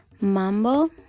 mambo